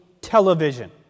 television